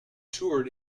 toured